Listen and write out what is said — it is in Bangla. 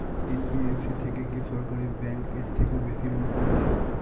এন.বি.এফ.সি থেকে কি সরকারি ব্যাংক এর থেকেও বেশি লোন পাওয়া যায়?